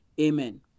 amen